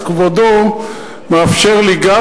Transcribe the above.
אז כבודו מאפשר גם לי,